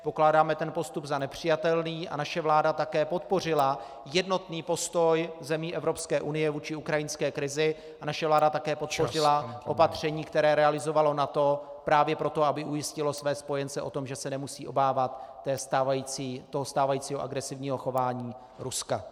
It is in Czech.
Pokládáme ten postup za nepřijatelný a naše vláda také podpořila jednotný postoj zemí Evropské unie vůči ukrajinské krizi a naše vláda také podpořila opatření, které realizovalo NATO právě proto, aby ujistilo své spojence o tom, že se nemusí obávat toho stávajícího agresivního chování Ruska.